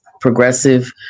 progressive